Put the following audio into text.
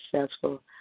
successful